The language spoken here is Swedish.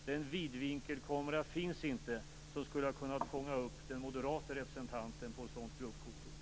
Den vidvinkelkamera finns inte som skulle ha kunnat fångat upp den moderate representanten på ett sådant gruppfoto.